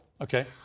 Okay